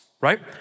right